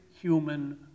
human